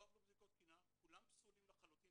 כולם פסולים לחלוטין,